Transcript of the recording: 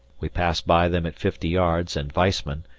we passed by them at fifty yards and weissman,